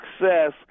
success